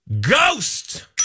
ghost